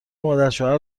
مادرشوهر